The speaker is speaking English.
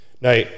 now